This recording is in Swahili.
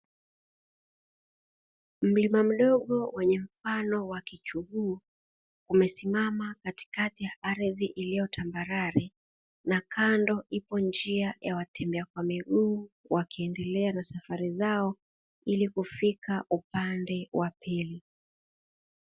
Mlima mdogo wenye mfano wa kichuguu, umesimama katikati ya ardhi iliyo tambarare, na kando ipo njia ya kwa watembea kwa miguu, wakiendelea na safari zao ili kufika upande wa pili.